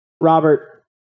Robert